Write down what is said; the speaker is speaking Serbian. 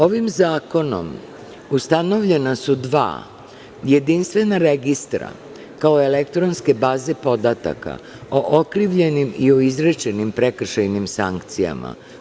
Ovim zakonom ustanovljena su dva jedinstvena registra kao elektronske baze podataka o okrivljenim i o izrečenim prekršajnim sankcijama.